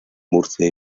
murcia